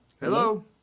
Hello